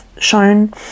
shown